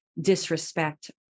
disrespect